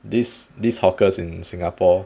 these these hawkers in singapore